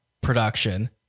production